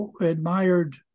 admired